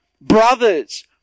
Brothers